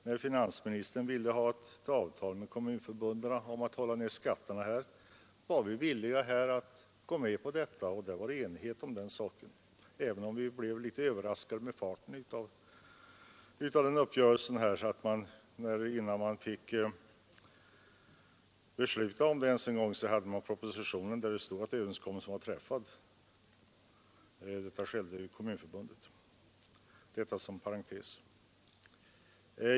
När finansministern ville ha ett avtal med kommunförbunden om att hålla ned skatterna var vi villiga att gå med på detta, och det har varit enighet om den saken, även om vi blev litet överraskade av farten när det gäller överenskommelsen. Innan man ens fick besluta i Kommunförbundet om detta hade man fått propositionen där det stod att överenskommelsen var träffad. Detta som en parentes.